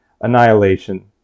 annihilation